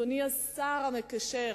אדוני השר המקשר,